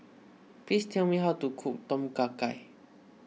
please tell me how to cook Tom Kha Gai